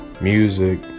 music